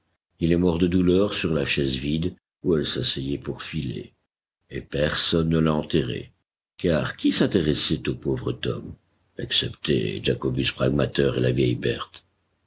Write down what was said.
il est mort de douleur sur la chaise vide où elle s'asseyait pour filer et personne ne l'a enterré car qui s'intéressait au pauvre tom excepté jacobus pragmater et la vieille berthe